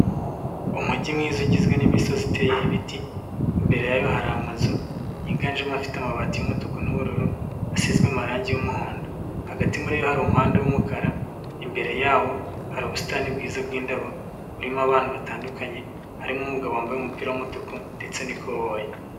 Umujyi mwiza ugizwe n'imisozi iteye ibiti imbere yayo hari amazu yiganjemo afite amabati y’umutuku n’ubururu asizwe amarangi y'umuhondo hagati muri yo hari umuhanda w’umukara imbere yawo hari ubusitani bwiza bwi’ndabo buririmo abana batandukanye harimo umugabo wambaye umupira w’umutuku ndetse n'ikoboyi.